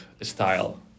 style